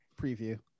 preview